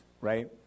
right